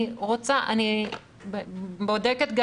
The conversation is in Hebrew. אני בודקת גם